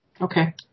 Okay